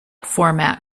format